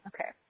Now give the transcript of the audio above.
Okay